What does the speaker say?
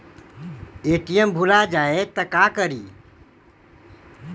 ATM भुला जाये त का करि?